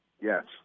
Yes